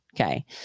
Okay